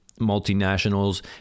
multinationals